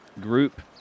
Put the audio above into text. group